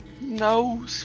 No